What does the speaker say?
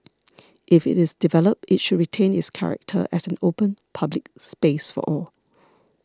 if it is developed it should retain its character as an open public space for all